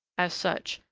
as such,